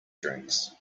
drinks